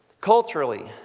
culturally